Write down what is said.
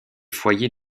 foyers